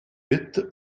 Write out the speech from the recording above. huit